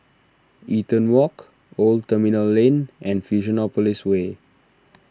Eaton Walk Old Terminal Lane and Fusionopolis Way